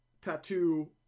tattoo